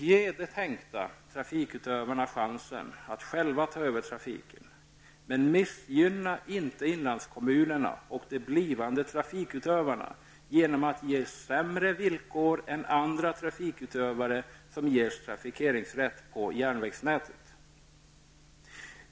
Ge de tänkta trafikutövarna chansen att själva ta över trafiken. Men missgynna inte inlandskommunerna och de blivande trafikutövarna genom att ge sämre villkor än andra traikutövare som ges trafikeringsrätt på järnvägsnätet.